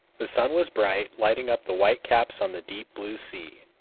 the sun was bright, lighting up the white caps on the deep blue sea.